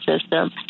system